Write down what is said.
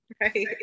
Right